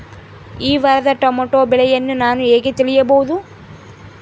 ಈ ವಾರದ ಟೊಮೆಟೊ ಬೆಲೆಯನ್ನು ನಾನು ಹೇಗೆ ತಿಳಿಯಬಹುದು?